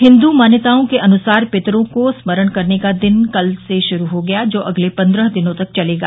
हिन्दू मान्यताओं के अनुसार पितरो को स्मरण करने का दिन कल से शुरू हो गया जो अगले पन्द्रह दिनों तक चलेगा